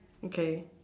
okay